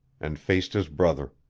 and faced his brother.